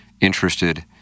interested